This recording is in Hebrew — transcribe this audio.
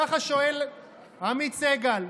ככה שואל עמית סגל.